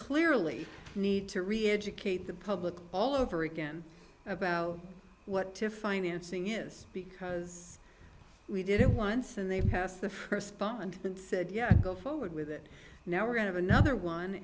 clearly need to reeducate the public all over again about what their financing is because we did it once and they passed the first bond and said yeah go forward with it now we're going to another one